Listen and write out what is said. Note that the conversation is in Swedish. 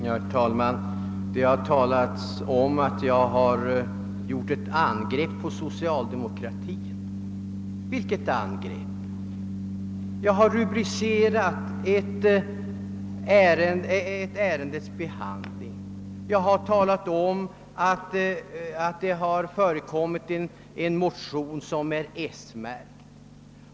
Herr talman! Det har i debatten sagts att jag har gjort ett angrepp på socialdemokratin. Vilket angrepp? Jag har nämnt att det i det aktuella ärendet har förekommit en motion som är - märkt.